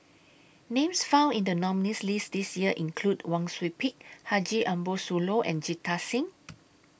Names found in The nominees' list This Year include Wang Sui Pick Haji Ambo Sooloh and Jita Singh